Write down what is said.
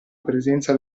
presenza